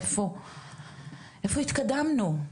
איפה התקדמנו?